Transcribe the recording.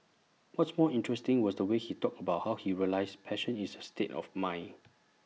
what's more interesting was the way he talked about how he realised passion is A state of mind